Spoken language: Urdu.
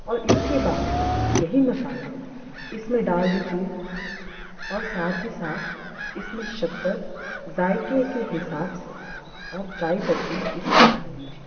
اور اس کے بعد یہی مصالحہ اس میں ڈال دیجیے اور ساتھ ہی ساتھ اس میں شکر ذائقے کے حساب سے اور چائے پتّی اس میں ڈال لیجیے